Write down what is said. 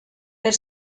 per